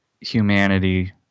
humanity